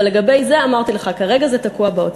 אבל לגבי זה, אמרתי לך, כרגע זה תקוע באוצר.